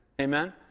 Amen